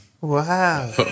Wow